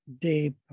deep